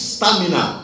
Stamina